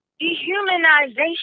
dehumanization